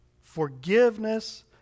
Forgiveness